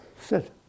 sit